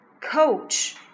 coach